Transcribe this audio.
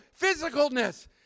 physicalness